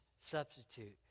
substitute